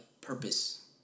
purpose